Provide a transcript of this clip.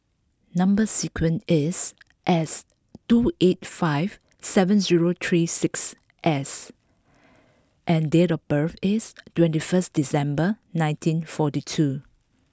number sequence is S two eight five seven zero three six S and date of birth is twenty first December nineteen forty two